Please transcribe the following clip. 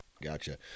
Gotcha